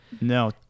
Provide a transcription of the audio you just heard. No